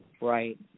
Right